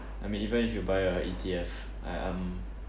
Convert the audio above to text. I mean even if you buy a E_T_F I um